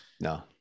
no